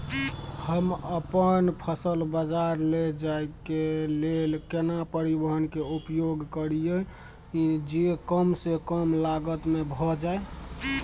हम अपन फसल बाजार लैय जाय के लेल केना परिवहन के उपयोग करिये जे कम स कम लागत में भ जाय?